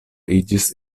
iĝis